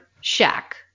shack